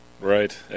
right